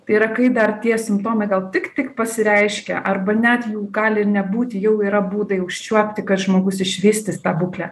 tai yra kai dar tie simptomai gal tik tik pasireiškę arba net jų gali ir nebūti jau yra būdai užčiuopti kad žmogus išvystys tą būklę